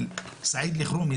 סעיד אלחרומי ז"ל,